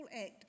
act